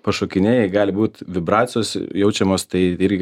pašokinėji gali būt vibracijos jaučiamos tai irgi